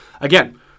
again